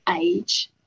age